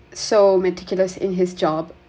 so meticulous in his job